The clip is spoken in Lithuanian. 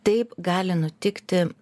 taip gali nutikti